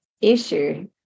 issue